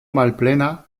malplena